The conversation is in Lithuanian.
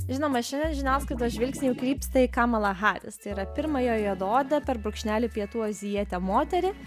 žinoma šiandien žiniasklaidos žvilgsniai jau krypsta į kamalą haris tai yra pirmąją juodaodę per brūkšnelį pietų azijietę moterį